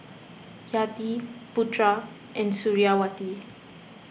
Yati Putra and Suriawati